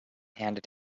handed